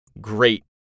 great